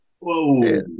Whoa